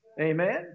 Amen